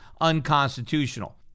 unconstitutional